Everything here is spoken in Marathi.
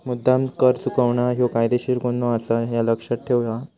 मुद्द्दाम कर चुकवणा ह्यो कायदेशीर गुन्हो आसा, ह्या लक्ष्यात ठेव हां